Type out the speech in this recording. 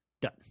done